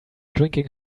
drinking